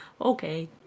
okay